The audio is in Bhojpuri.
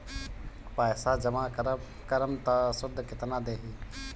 पैसा जमा करम त शुध कितना देही?